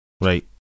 Right